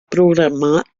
programar